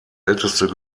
älteste